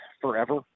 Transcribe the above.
forever